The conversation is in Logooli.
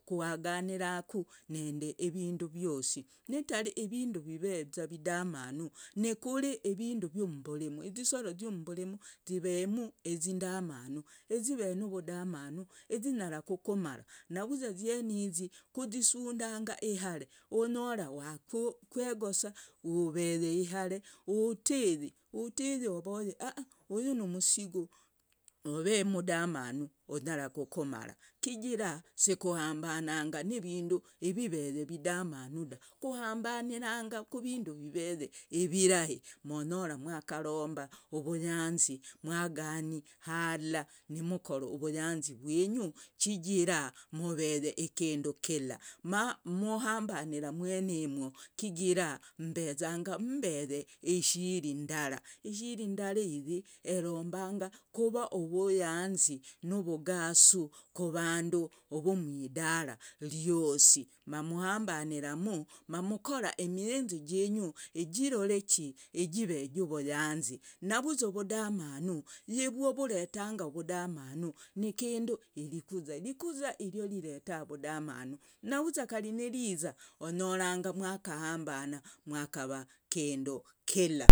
Kwaganiraku nindi vindu vyosi, nitari vindu viveza vidamanu, nikuri vindu vyummburimu. Iziswara ziummburimu zivemu izindamanu, izive nuvudamanu, zinyara kukumara. Navuza izienizi kuzisundanga ihare onyora wakegosa, oveye ihare utiyi. Utiyi ovore a a uyu numusigo ove umudamanu anyara kukumara kigira sikuhambananga ni vindu viveye vidamanu da. Kuhambaniranga ku vindu viveye virahi monyora mwakaromba uvuyanzi, mwagani hala nimkora uvuyanzi vwinyu kigira muveye kindu kila. Mamuhambanira umwenimwo kigira mammbezanga mmbeye ihiri ndara. Ihiri ndara iyi erombanga kuva nuvuyanzi, nuvugasu kuvandu vumwidara riosi. Mamuhambaniramu mukora imiyinzi jinyu jiroreki, ijive juvuyanzi. Navuza uvudamanu yivwo, voretanga uvudamanu ni kindu irikuza. Irikuza ni rio riretanga uvudamanu, navuza kari nirizi onyoranga mwakahambana mwakava kindu kila.